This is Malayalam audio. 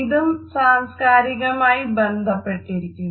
ഇതും സാംസ്കാരികമായി ബന്ധപ്പെട്ടിരിക്കുന്നു